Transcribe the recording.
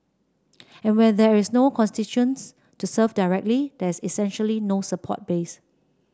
and when there is no constitutions to serve directly there is essentially no support base